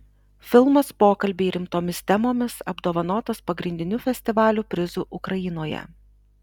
filmas pokalbiai rimtomis temomis apdovanotas pagrindiniu festivalio prizu ukrainoje